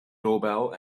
doorbell